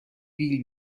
بیل